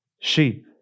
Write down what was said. sheep